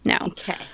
Okay